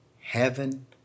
heaven